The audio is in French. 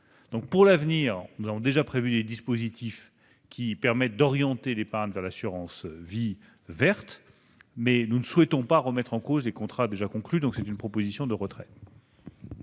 conclus. Pour l'avenir, nous avons déjà prévu des dispositifs qui permettent d'orienter l'épargne vers l'assurance vie verte, mais nous ne souhaitons pas remettre en cause les contrats déjà conclus. C'est la raison pour